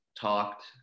talked